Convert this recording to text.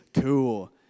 cool